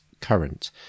current